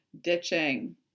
ditching